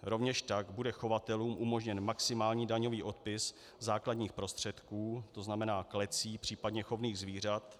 Rovněž tak bude chovatelům umožněn maximální daňový odpis základních prostředků, tzn. klecí příp. chovných zvířat.